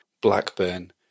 Blackburn